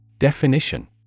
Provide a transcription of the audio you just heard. Definition